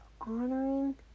honoring